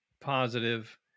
positive